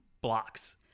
blocks